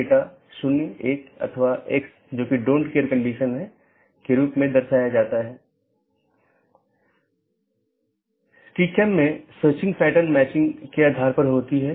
BGP का विकास routing सूचनाओं को एकत्र करने और संक्षेपित करने के लिए हुआ है